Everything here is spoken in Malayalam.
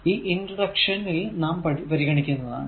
ഈ ഇൻട്രൊഡക്ഷൻ ൽ നാം പരിഗണിക്കുന്നതാണ്